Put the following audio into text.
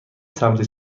سمت